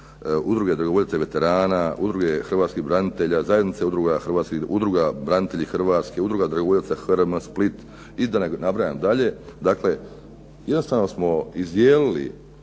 udruge dragovoljaca i veterana, udruge hrvatskih branitelja, zajednice udruga „Branitelji Hrvatske“, Udruga dragovoljaca HRM Split i da ne nabrajam dalje. Dakle, jednostavno smo izdijelili